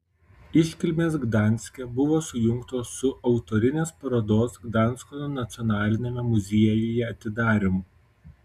iškilmės gdanske buvo sujungtos su autorinės parodos gdansko nacionaliniame muziejuje atidarymu